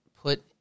put